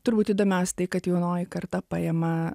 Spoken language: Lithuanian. turbūt įdomiausia tai kad jaunoji karta paima